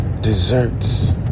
desserts